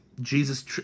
Jesus